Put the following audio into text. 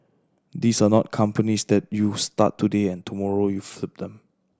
these are not companies that you start today and tomorrow you flip them